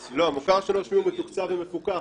המוכר שאינו רשמי מתוקצב ומפוקח.